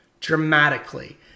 dramatically